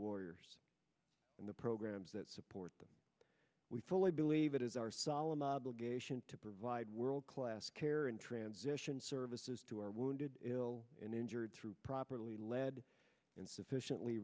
warriors and the programs that support them we fully believe it is our solemn obligation to provide world class care and transition services to our wounded ill and injured through properly led insufficiently